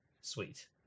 Sweet